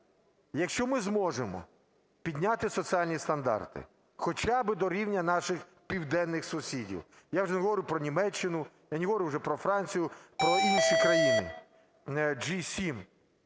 Якщо ми зможемо підняти соціальні стандарти хоча би до рівня наших південних сусідів, я вже не говорю про Німеччину, я не говорю вже про Францію, про інші країни G7.